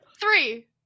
Three